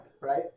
right